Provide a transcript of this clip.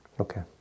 Okay